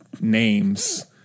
names